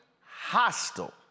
hostile